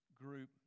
group